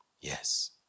Yes